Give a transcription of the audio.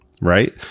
right